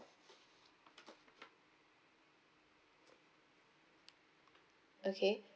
okay